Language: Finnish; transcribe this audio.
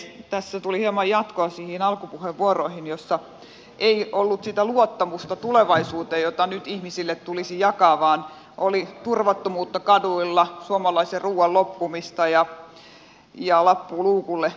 tässä tuli hieman jatkoa niihin alkupuheenvuoroihin joissa ei ollut sitä luottamusta tulevaisuuteen jota nyt ihmisille tulisi jakaa vaan oli turvattomuutta kaduilla suomalaisen ruuan loppumista ja lappu luukulle pelottelua